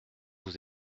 vous